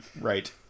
Right